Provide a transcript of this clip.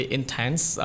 intense